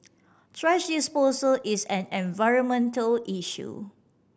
thrash disposal is an environmental issue